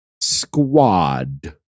Squad